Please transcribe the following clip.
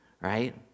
right